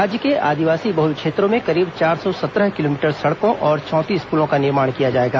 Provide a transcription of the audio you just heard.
राज्य के आदिवासी बहल क्षेत्रों में करीब चार सौ सत्रह किलोमीटर सड़कों और चौंतीस पुलों का निर्माण किया जाएगा